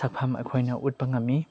ꯁꯛꯐꯝ ꯑꯩꯈꯣꯏꯅ ꯎꯠꯄ ꯉꯝꯃꯤ